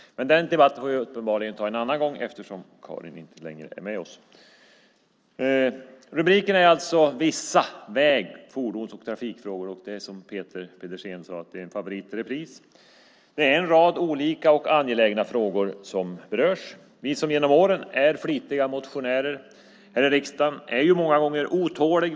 Men den debatten får vi uppenbarligen ta en annan gång, eftersom Karin inte längre är kvar här i kammaren. Rubriken för dagens debatt är Vissa väg-, fordons och trafikfrågor , och det är som Peter Pedersen sade en favorit i repris. Det är en rad olika och angelägna frågor som berörs. Vi som genom åren har varit flitiga motionärer här i riksdagen är ju många gånger otåliga.